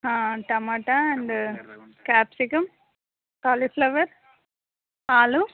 tomato and capsicum cauliflower aloo